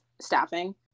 staffing